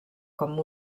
com